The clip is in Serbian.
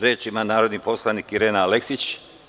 Reč ima narodni poslanik Irena Aleksić.